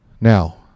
now